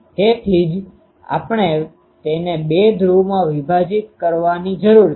તેથી જ આપણે તેને બે ધ્રુવોમાં વિભાજીત કરવાની જરૂર છે